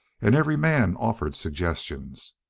and every man offered suggestions.